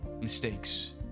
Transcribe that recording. mistakes